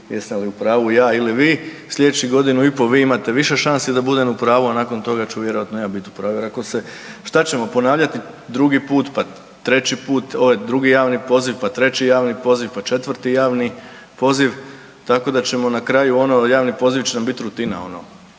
jesam li u pravu ja ili vi. Sljedećih godinu i po vi imate više šanse da budem u pravu, a nakon toga ću vjerojatno ja biti u pravu, jer ako se, šta ćemo ponavljati drugi put, pa treći put, ovaj drugi javni poziv pa treći javni poziv, pa četvrti javni poziv, tako da ćemo ono, javni pozivi će nam biti rutina.